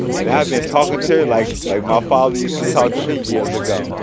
and i've been talking to her like my my father used to talk to me years ago.